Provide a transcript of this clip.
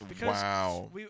Wow